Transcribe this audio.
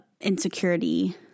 insecurity